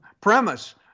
premise